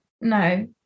no